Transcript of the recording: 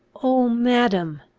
oh, madam,